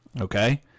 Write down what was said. Okay